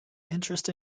interest